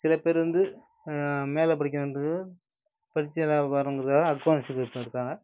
சில பேர் வந்து மேலே படிக்கணுங்றதுக்கு படித்து நல்லா வர்ணுங்கறதுக்காக அக்கௌண்ட்ஸு க்ரூப்பு எடுக்கிறாங்க